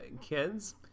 kids